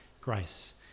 grace